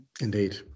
Indeed